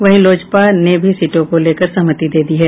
वहीं लोजपा ने भी सीटों को लेकर सहमति दे दी है